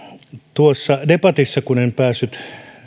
tuossa debatissa kun en päässyt